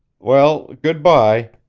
well, good-by,